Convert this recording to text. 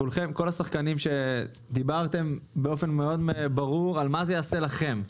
כל השחקנים שדיברתם באופן מאוד ברור על מה זה יעשה לכם.